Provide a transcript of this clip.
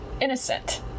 innocent